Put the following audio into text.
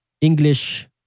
English